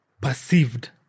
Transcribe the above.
perceived